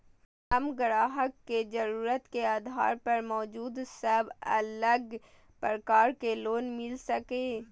हम ग्राहक के जरुरत के आधार पर मौजूद सब अलग प्रकार के लोन मिल सकये?